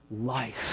life